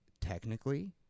technically